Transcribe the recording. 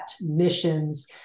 Mission's